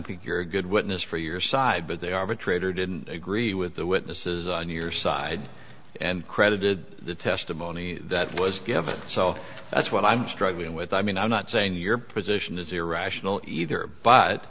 think you're a good witness for your side but they are a traitor didn't agree with the witnesses on your side and credited the testimony that was given so that's what i'm struggling with i mean i'm not saying your position is irrational either but